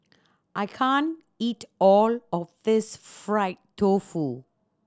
I can't eat all of this fried tofu